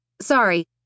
Sorry